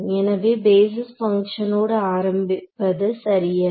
எனவே பேஸிஸ் பங்ஷனோடு ஆரம்பிப்பது சரியல்ல